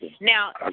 Now